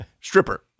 Stripper